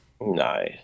No